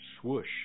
swoosh